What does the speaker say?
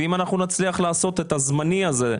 אם אנחנו נצליח לעשות את הזמני הזה,